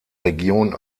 region